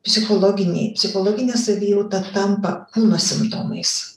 psichologiniai psichologinė savijauta tampa kūno simptomais